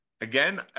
again